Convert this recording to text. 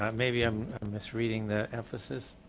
um maybe i'm misreading the emphasis.